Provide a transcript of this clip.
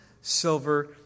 silver